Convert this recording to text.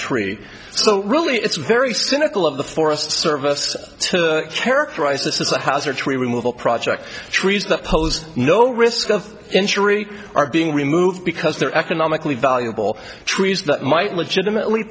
tree so really it's very cynical of the forest service to characterize this as a house or tree removal project trees that pose no risk of injury are being removed because they're economically valuable trees that might legitimately